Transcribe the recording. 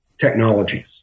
technologies